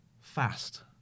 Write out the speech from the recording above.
fast